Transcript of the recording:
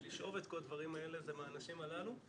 לשאוב את כל הדברים האלה זה מהאנשים הללו.